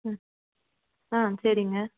ஆ ஆ சரிங்க